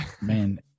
Man